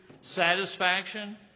satisfaction